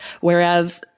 Whereas